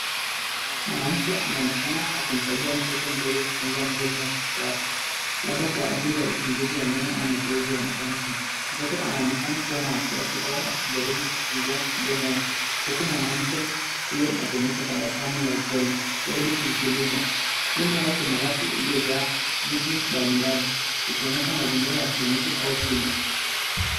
Mwanamke anaonekana akimsaidia mtoto mdogo kufungua mdomo wake, labda kwa ajili ya uchunguzi wa meno au mazoezi ya matamshi. Mtoto anaonekana kuwa na wasiwasi au akijaribu kufungua mdomo wake huku mwanamke huyo akionyesha tabasamu la upole, akijaribu kumtuliza. Nyuma yao kuna rafu iliyojaa vitu mbali mbali, ikionyesha mazingira ya kliniki au shule.